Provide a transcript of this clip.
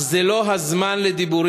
אך זה לא הזמן לדיבורים,